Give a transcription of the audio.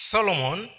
Solomon